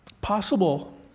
possible